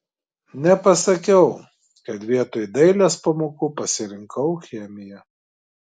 nepasakiau kad vietoj dailės pamokų pasirinkau chemiją